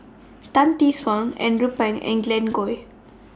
Tan Tee Suan Andrew Phang and Glen Goei